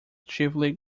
chiefly